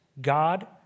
God